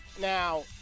Now